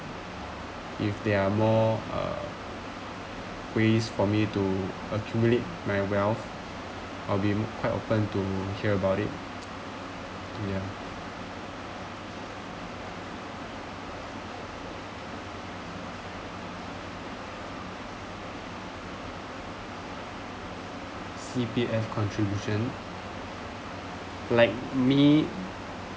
if there're more uh ways for me to accumulate my wealth or being quite open to care about it ya C_P_F contribution like me